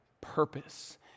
purpose